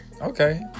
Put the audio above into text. Okay